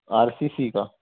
are C C کا